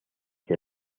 que